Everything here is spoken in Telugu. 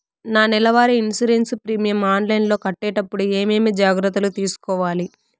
నా నెల వారి ఇన్సూరెన్సు ప్రీమియం ఆన్లైన్లో కట్టేటప్పుడు ఏమేమి జాగ్రత్త లు తీసుకోవాలి?